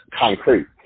concrete